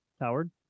Howard